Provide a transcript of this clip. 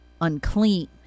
unclean